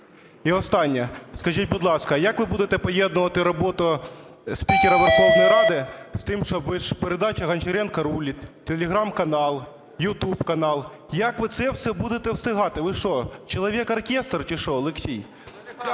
І останнє. Скажіть, будь ласка, як ви будете поєднувати роботу спікера Верховної Ради з тим, що передача "Гончаренко рулить", телеграм-канал, ютуб-канал? Як ви це все будете встигати? Ви що, человек-оркестр, чи що, Олексій? Я